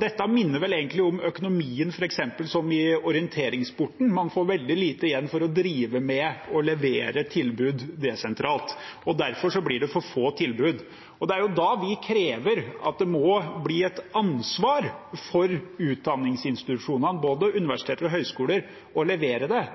Dette minner vel egentlig om økonomien i f.eks. orienteringssporten. Man får veldig lite igjen for å drive med å levere tilbud desentralt, og derfor blir det for få tilbud. Det er da vi krever at det må bli et ansvar for utdanningsinstitusjonene, både universiteter og høyskoler, å levere det.